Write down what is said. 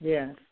Yes